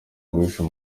guhisha